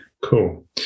Cool